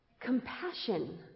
compassion